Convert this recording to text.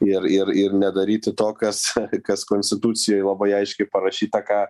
ir ir ir nedaryti to kas kas konstitucijoj labai aiškiai parašyta ką